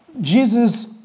Jesus